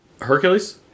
Hercules